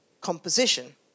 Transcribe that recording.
composition